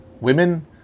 women